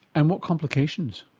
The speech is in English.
and what complications?